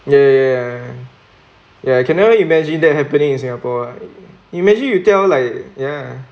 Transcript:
ya ya ya ya ya I can never imagine that happening in singapore lah imagine you tell like ya